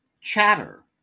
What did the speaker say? Chatter